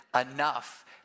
enough